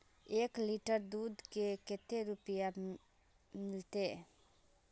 एक लीटर दूध के कते रुपया मिलते?